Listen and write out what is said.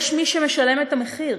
יש מי שמשלם את המחיר.